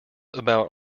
about